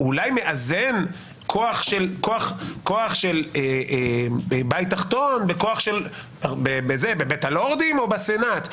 הוא אולי מאזן כוח של בית תחתון בבית הלורדים או בסנאט.